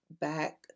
back